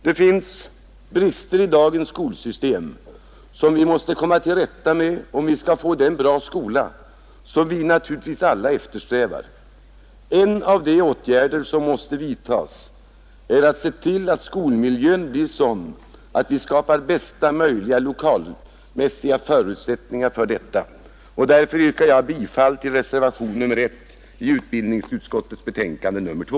Det finns brister i dagens skolsystem som vi måste komma till rätta med om vi skall få den goda skola som vi naturligtvis alla eftersträvar. En av de åtgärder som måste vidtas är att se till att skolmiljön blir sådan att vi skapar bästa möjliga lokalmässiga förutsättningar för detta. Därför yrkar jag bifall till reservationen A 1 i utbildningsutskottets betänkande nr 2.